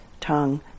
tongue